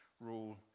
rule